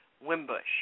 Wimbush